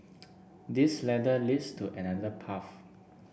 this ladder leads to another path